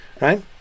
Right